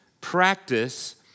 Practice